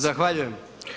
Zahvaljujem.